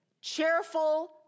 Cheerful